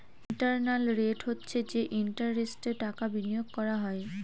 internal rate হচ্ছে যে ইন্টারেস্টে টাকা বিনিয়োগ করা হয়